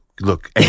look